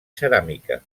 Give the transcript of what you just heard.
ceràmica